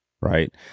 right